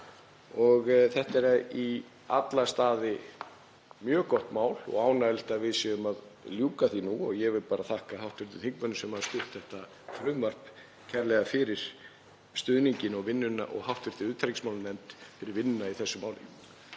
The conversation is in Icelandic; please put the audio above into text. Þetta er í alla staði mjög gott mál og ánægjulegt að við séum að ljúka því nú. Ég vil þakka hv. þingmönnum sem hafa stutt þetta frumvarp kærlega fyrir stuðninginn og vinnuna og hv. utanríkismálanefnd fyrir vinnuna í þessu máli.